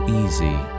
easy